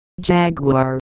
Jaguar